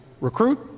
recruit